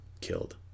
killed